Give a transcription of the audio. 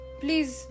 please